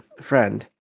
friend